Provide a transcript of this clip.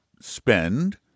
spend